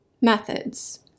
Methods